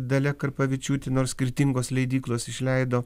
dalia karpavičiūtė nors skirtingos leidyklos išleido